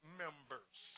members